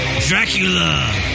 Dracula